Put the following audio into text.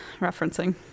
referencing